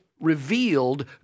revealed